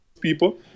people